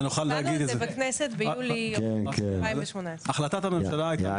דיברנו על זה בכנסת ביולי 2018. יעל הייתה